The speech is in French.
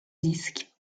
disque